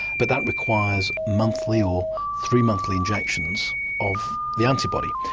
but that requires monthly or three monthly injections of the antibody.